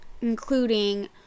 including